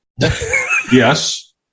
Yes